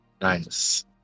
Nice